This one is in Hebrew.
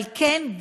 אבל כן,